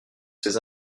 ces